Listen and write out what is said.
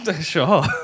Sure